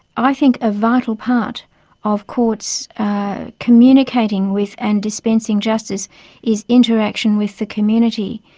i think a vital part of courts communicating with and dispensing justice is interaction with the community,